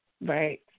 Right